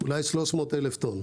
אולי 300,000 טון.